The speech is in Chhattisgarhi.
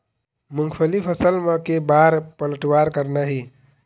मूंगफली फसल म के बार पलटवार करना हे?